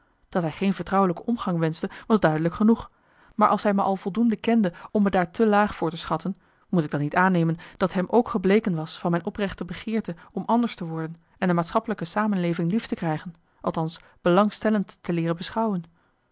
dat hij geen vertrouwelijke omgang wenschte was duidelijk genoeg maar als hij me al voldoende kende om me daar te laag voor te schatten moet ik dan niet aannemen dat hem ook gebleken was van mijn oprechte begeerte om anders te worden en de maatschappelijke samenleving lief te krijgen althans belangstellend te leeren beschouwen